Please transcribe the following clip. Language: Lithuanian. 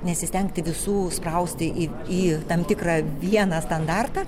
nesistengti visų sprausti į į tam tikrą vieną standartą